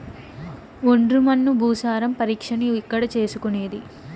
ఒండ్రు మన్ను భూసారం పరీక్షను ఎక్కడ చేసుకునేది?